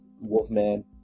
Wolfman